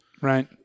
Right